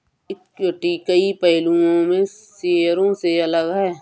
equity कई पहलुओं में शेयरों से अलग है